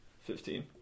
Fifteen